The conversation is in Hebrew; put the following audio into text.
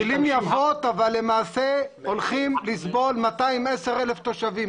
מילים יפות אבל למעשה הולכים לסבול 210,000 תושבים.